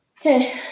Okay